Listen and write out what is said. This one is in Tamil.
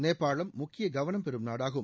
நேபாளம் முக்கிய கவனம் பெறும் நாடாகும்